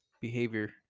behavior